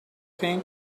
pink